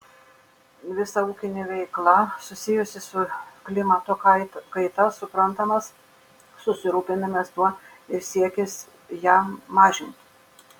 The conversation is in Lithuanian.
visa ūkinė veikla susijusi su klimato kaita suprantamas susirūpinimas tuo ir siekis ją mažinti